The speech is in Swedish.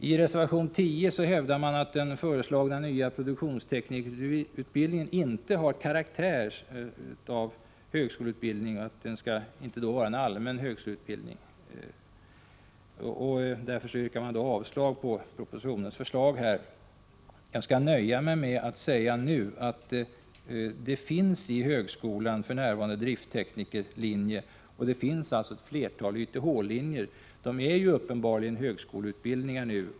I reservation 10 hävdar man att den föreslagna nya produktionsteknikerutbildningen inte har karaktären av högskoleutbildning, varför den inte skall vara en allmän högskoleutbildning. Därför yrkar man avslag på propositionens förslag. Jag skall nöja mig med att nu säga att det för närvarande finns inom högskolan driftteknikerlinjer. Det finns ett flertal YTH-linjer. De är uppenbarligen högskoleutbildningar nu.